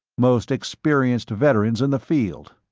most experienced veterans in the field.